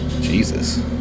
Jesus